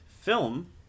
film